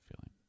feeling